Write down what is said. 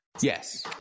Yes